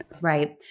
right